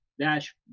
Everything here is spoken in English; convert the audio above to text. dash